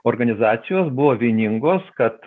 organizacijos buvo vieningos kad